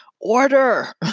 order